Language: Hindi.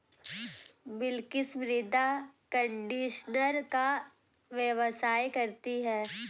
बिलकिश मृदा कंडीशनर का व्यवसाय करती है